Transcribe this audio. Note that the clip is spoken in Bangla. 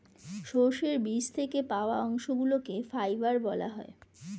সর্ষের বীজ থেকে পাওয়া অংশগুলিকে ফাইবার বলা হয়